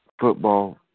football